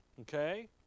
Okay